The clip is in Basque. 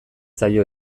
zaio